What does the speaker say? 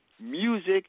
music